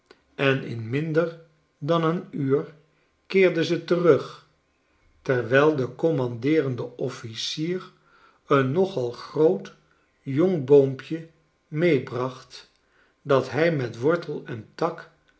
en in minder dan een uur keerde ze terug terwyl de commandeerende oflicier een nogal groot jong boompje meebracht dat hy met wortel en tak